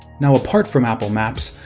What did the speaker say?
now apart from apple maps,